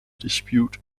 dispute